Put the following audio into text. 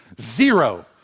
Zero